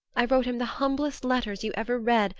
i wrote him the humblest letters you ever read,